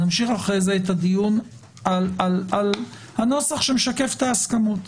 נמשיך אחרי זה את הדיון על הנוסח שמשקף את ההסכמות.